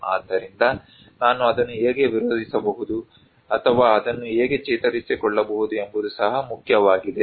ಆದ್ದರಿಂದ ನಾನು ಅದನ್ನು ಹೇಗೆ ವಿರೋಧಿಸಬಹುದು ಅಥವಾ ಅದನ್ನು ಹೇಗೆ ಚೇತರಿಸಿಕೊಳ್ಳಬಹುದು ಎಂಬುದು ಸಹ ಮುಖ್ಯವಾಗಿದೆ